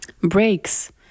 breaks